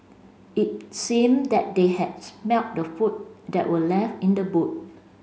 it seemed that they had smelt the food that were left in the boot